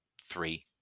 three